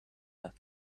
that